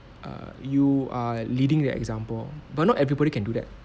err you are leading the example but not everybody can do that